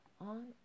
on